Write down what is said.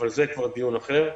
אבל זה כבר דיון אחר.